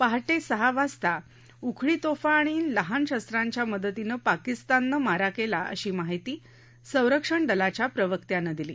पहाटे सहा वाजता उखळी तोफा आणि लहान शस्त्रांच्या मदतीनं पाकिस्ताननं मारा केला अशी माहिती संरक्षण दलाच्या प्रवक्त्यानं दिली